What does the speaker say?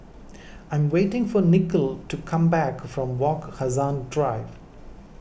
I am waiting for Nicole to come back from Wak Hassan Drive